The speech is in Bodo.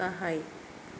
गाहाय